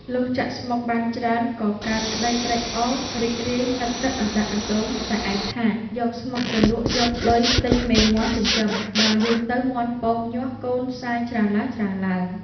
លុះចាក់ស្មុគបានច្រើនក៏កើតក្តីត្រេកអររីករាយនឹកគិតអណ្តែតអណ្តូងតែឯងថា យកស្មុគទៅលក់យកលុយទិញមេមាន់ចិញ្ចឹម ដល់យូរទៅមាន់ពងញាស់ កូនសាយច្រើនឡើងៗ។